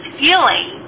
feeling